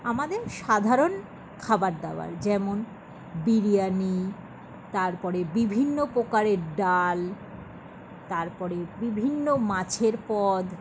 আমাদের সাধারণ খাবার দাবার যেমন বিরিয়ানি তারপরে বিভিন্ন প্রকারের ডাল তারপরে বিভিন্ন মাছের পদ